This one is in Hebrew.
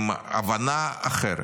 עם הבנה אחרת.